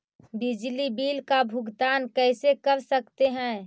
बिजली बिल का भुगतान कैसे कर सकते है?